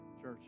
church